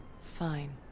Fine